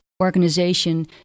organization